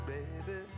Baby